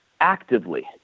actively